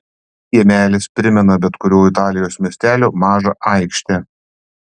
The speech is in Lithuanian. kiemelis primena bet kurio italijos miestelio mažą aikštę